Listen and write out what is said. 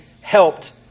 helped